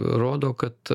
rodo kad